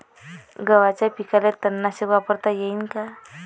गव्हाच्या पिकाले तननाशक वापरता येईन का?